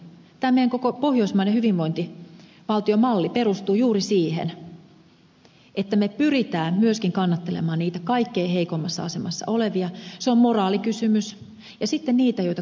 tämä meidän koko pohjoismainen hyvinvointivaltiomallimme perustuu juuri siihen että me pyrimme myöskin kannattelemaan niitä kaikkein heikoimmassa asemassa olevia se on moraalikysymys ja sitten niitä joita kohtaa onnettomuus